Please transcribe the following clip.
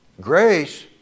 Grace